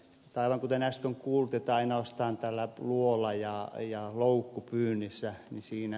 aivan kuten äsken kuultiin ainoastaan luola ja loukkupyynnissä siinä